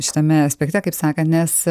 šitame aspekte kaip sakant nes